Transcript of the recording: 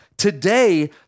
Today